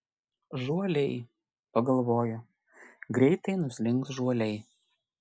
žuoliai pagalvojo greitai nuslinks žuoliai